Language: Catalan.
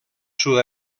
sud